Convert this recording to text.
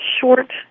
short